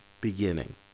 beginning